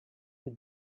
with